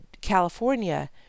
California